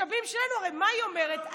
הרי מה היא אומרת?